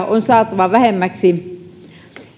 on saatava vähemmäksi